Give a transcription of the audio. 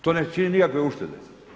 To ne čini nikakve uštede.